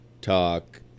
talk